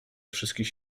wszystkich